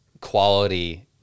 quality